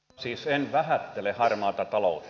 siis en vähättele harmaata taloutta